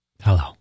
Hello